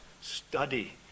study